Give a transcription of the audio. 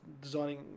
designing